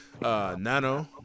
Nano